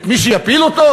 את מי שיפיל אותו?